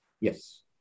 Yes